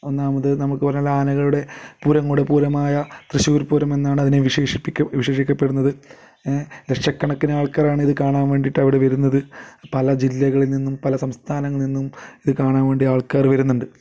ഒന്നാമത് നമുക്ക് പറയാനുള്ളത് ആനകളുടെ പൂരങ്ങളുടെ പൂരമായ തൃശ്ശൂർ പൂരമെന്നാണ് അതിനെ വിശേഷിപ്പി വിശേഷിപ്പിക്കപ്പെടുന്നത് ലക്ഷക്കണക്കിന് ആൾക്കാരാണ് ഇത് കാണാൻ വേണ്ടിയിട്ട് അവിടെ വരുന്നത് പല ജില്ലകളിൽ നിന്നും പല സംസ്ഥാനങ്ങളിൽ നിന്നും ഇത് കാണാൻ വേണ്ടി ആൾക്കാർ വരുന്നുണ്ട്